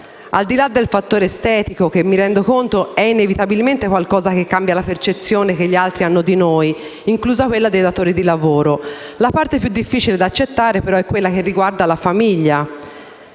Al di là del fattore estetico che - mi rendo conto - è inevitabilmente qualcosa che cambia la percezione che gli altri hanno di noi (inclusa quella dei datori di lavoro), la parte più difficile da accettare è quella che riguarda la famiglia.